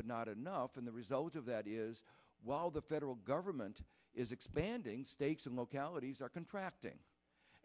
but not enough and the result of that is while the federal government is expanding states and localities are contracting